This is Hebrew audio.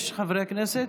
יש חברי כנסת?